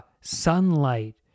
sunlight